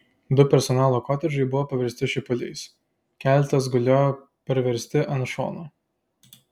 du personalo kotedžai buvo paversti šipuliais keletas gulėjo parversti ant šono